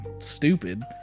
stupid